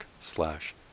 slash